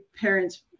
parent's